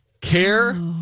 Care